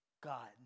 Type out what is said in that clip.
God